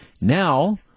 Now